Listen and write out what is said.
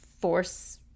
force